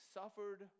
suffered